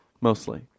mostly